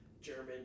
German